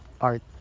art